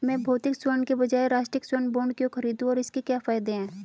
मैं भौतिक स्वर्ण के बजाय राष्ट्रिक स्वर्ण बॉन्ड क्यों खरीदूं और इसके क्या फायदे हैं?